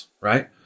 right